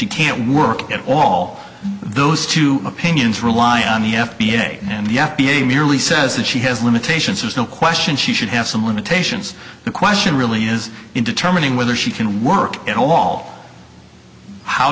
she can't work at all those two opinions rely on the f b a and the f d a merely says that she has limitations there's no question she should have some limitations the question really is in determining whether she can work at all how